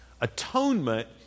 Atonement